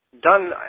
done